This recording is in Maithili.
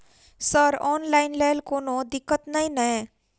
सर ऑनलाइन लैल कोनो दिक्कत न ई नै?